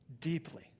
Deeply